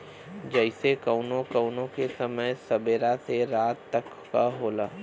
जइसे कउनो कउनो के समय सबेरा से रात तक क होला